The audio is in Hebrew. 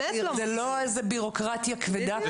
זאת לא בירוקרטיה כבדה.